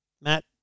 Matt